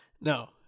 no